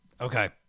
Okay